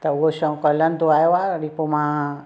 त उहो शौंक हलंदो आयो आहे वरी पोइ मां